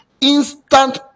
Instant